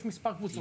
יש מספר קבוצות,